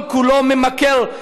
כל-כולו ממכר,